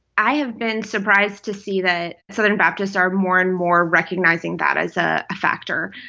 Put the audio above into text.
i have been surprised to see that southern baptists are more and more recognizing that as a factor.